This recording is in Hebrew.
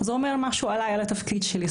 זה אומר משהו עליי ועל התפקיד שלי.